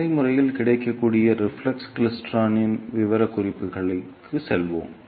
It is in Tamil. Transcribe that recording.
நடைமுறையில் கிடைக்கக்கூடிய ரிஃப்ளெக்ஸ் கிளைஸ்டிரானின் விவரக்குறிப்புகளுக்கு செல்லலாம்